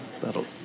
that'll